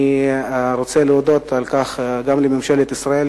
אני רוצה להודות על כך גם לממשלת ישראל,